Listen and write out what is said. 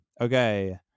Okay